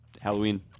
Halloween